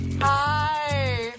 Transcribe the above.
Hi